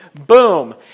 boom